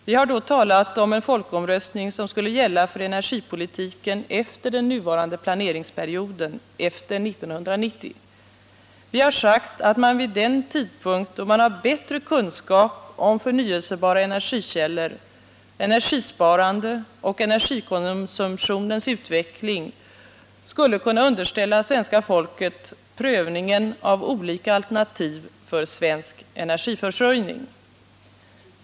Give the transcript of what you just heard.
Vi har då talat om en folkomröstning som skulle gälla för energipolitiken efter den nuvarande planeringsperioden — efter 1990. Vi har då sagt att man vid den tidpunkt då man har bättre kunskap om förnyelsebara energikällor, energisparande och energikonsumtionens utveckling skulle kunna underställa svenska folket prövningen av olika alternativ för svensk energiförsörjning.